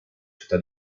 città